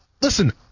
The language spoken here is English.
listen